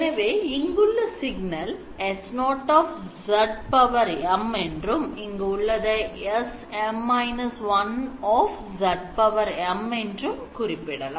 எனவே இங்குள்ள signal S0 என்றும் இங்கு உள்ளதை SM−1 என்றும் குறிப்பிடலாம்